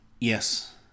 Yes